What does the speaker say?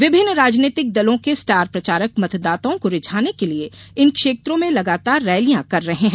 विभिन्न राजनीतिक दलों के स्टार प्रचारक मतदाताओं को रिझाने के लिये इन क्षेत्रों में लगातार रैलियां कर रहे हैं